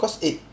cause eh